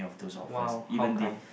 !wow! how kind